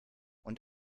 und